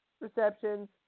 receptions